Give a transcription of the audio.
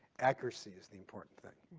accuracy is the important thing.